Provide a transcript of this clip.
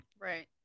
Right